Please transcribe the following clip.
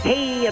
Hey